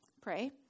pray